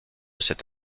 cette